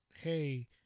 Hey